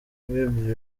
bible